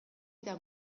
eta